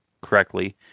correctly